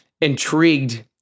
intrigued